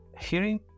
hearing